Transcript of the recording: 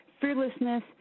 fearlessness